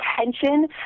attention